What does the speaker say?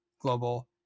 global